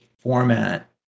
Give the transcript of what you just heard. format